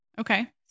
Okay